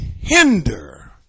hinder